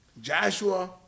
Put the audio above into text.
Joshua